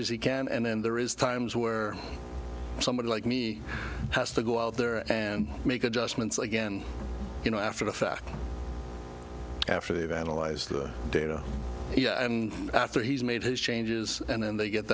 as he can and then there is times where somebody like me has to go out there and make adjustments again you know after the fact after they've analyzed the data after he's made his changes and the